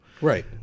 right